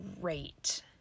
great